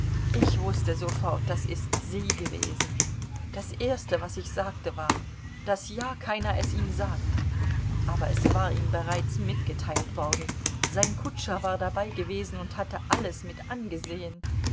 ich wußte sofort das ist sie gewesen das erste was ich sagte war daß ja keiner es ihm sagt aber es war ihm bereits mitgeteilt worden sein kutscher war dabei gewesen und hatte alles mit angesehen